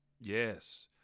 Yes